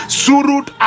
surut